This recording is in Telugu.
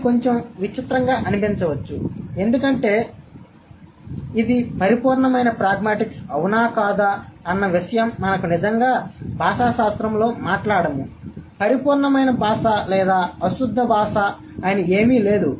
ఇది కొంచెం విచిత్రంగా అనిపించవచ్చు ఎందుకంటే ఇది పరిపూర్ణమైన ప్రాగ్మాటిక్స్ అవునా కాదా అన్న విషయం మనం నిజంగా భాషాశాస్త్రంలో మాట్లాడము పరిపూర్ణమైన భాష లేదా అశుద్ధ భాష అని ఏమీ లేదు